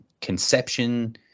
conception